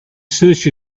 search